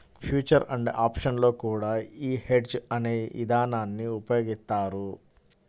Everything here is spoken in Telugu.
ఫ్యూచర్ అండ్ ఆప్షన్స్ లో కూడా యీ హెడ్జ్ అనే ఇదానాన్ని ఉపయోగిత్తారు